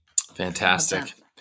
Fantastic